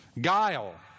Guile